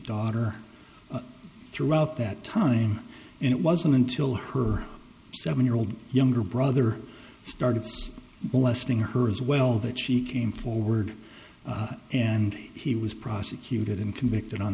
daughter throughout that time and it wasn't until her seven year old younger brother started blasting her as well that she came forward and he was prosecuted and convicted on